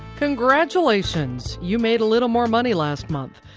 congratulations! you made a little more money last month.